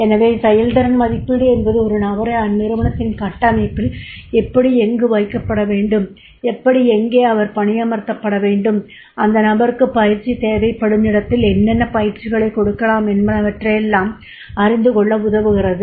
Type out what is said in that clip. எனவே செயல்திறன் மதிப்பீடு என்பது ஒரு நபரை அந்நிறுவனத்தின் கட்டமைப்பில் எப்படி எங்கு வைக்கப்பட வேண்டும் எப்படி எங்கே அவர் பணியமர்த்தப்பட வேண்டும் அந்த நபருக்கு பயிற்சி தேவைப்படும் இடத்தில் என்னென்ன பயிற்சிகளைக் கொடுக்கலாம் என்பவற்றையெல்லாம் அறிந்துகொள்ள உதவுகிறது